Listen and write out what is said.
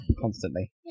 constantly